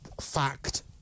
fact